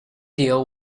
deal